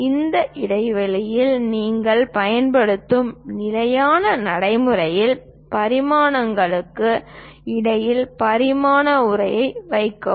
அதற்கு இடையில் நீங்கள் பயன்படுத்தும் நிலையான நடைமுறையில் பரிமாணமற்றவற்றுக்கு இடையில் பரிமாண உரையை வைக்கவும்